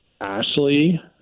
Ashley